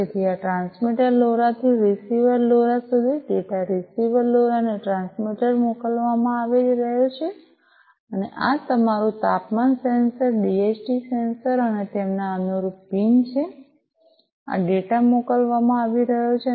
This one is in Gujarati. તેથી આ ટ્રાન્સમીટર લોરા થી રીસીવર લોરા સુધી ડેટા રીસીવર લોરા ને ટ્રાન્સમીટર મોકલવામાં આવી રહ્યો છે અને આ અમારું તાપમાન સેન્સર ડીએચટી સેન્સર અને તેમના અનુરૂપ પિન છે આ ડેટા મોકલવામાં આવી રહ્યો છે